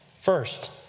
First